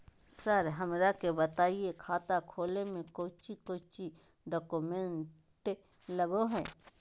Sir हमरा के बताएं खाता खोले में कोच्चि कोच्चि डॉक्यूमेंट लगो है?